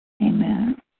Amen